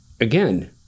again